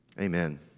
Amen